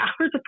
hours